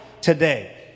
today